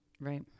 Right